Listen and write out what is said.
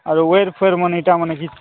ଆର ୱେୟାର ଫୋୟାରମାନେ ଏଇଟା ମାନେ ଘିଚି